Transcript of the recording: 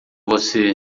você